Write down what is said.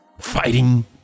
Fighting